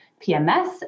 PMS